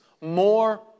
more